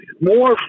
more